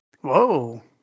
Whoa